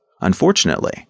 Unfortunately